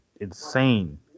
insane